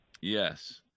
Yes